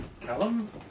Callum